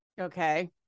Okay